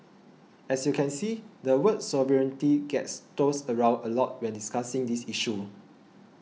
as you can see the word sovereignty gets tossed around a lot when discussing this issue